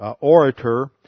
orator